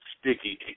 Sticky